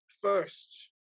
first